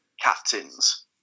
captains